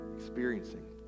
experiencing